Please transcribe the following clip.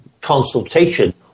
consultation